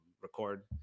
record